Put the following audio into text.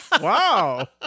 Wow